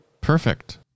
perfect